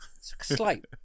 slight